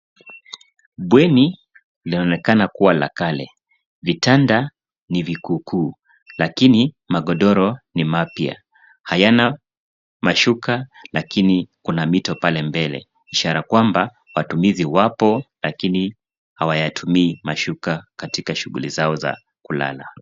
Bweni linaonekana kuwa la kale, vitanda ni vikuu kuu, lakini magodoro ni mapya hayana mashuka lakini kuna mito pale mbele. Ishara kwamba watumizi wapo lakini hawayatumii mashuka katika shughuli zao za kulala.